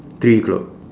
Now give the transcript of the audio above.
three o'clock